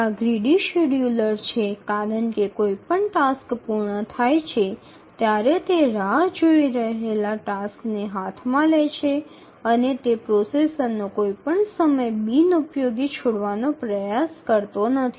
આ greedy scheduler છે કારણ કે જ્યારે પણ કોઈ ટાસ્ક પૂર્ણ થાય છે ત્યારે તે રાહ જોઈ રહેલા ટાસ્કને હાથમાં લે છે અને તે પ્રોસેસરનો કોઈપણ સમય બિનઉપયોગી છોડવાનો પ્રયાસ કરતો નથી